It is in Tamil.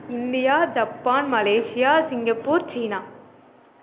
India Japan Malaysia Singapore China